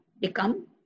become